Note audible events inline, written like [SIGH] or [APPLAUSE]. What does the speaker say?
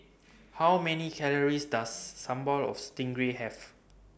[NOISE] How Many Calories Does Sambal of Stingray Have